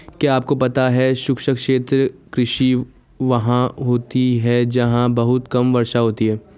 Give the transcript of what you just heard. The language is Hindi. क्या आपको पता है शुष्क क्षेत्र कृषि वहाँ होती है जहाँ बहुत कम वर्षा होती है?